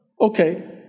Okay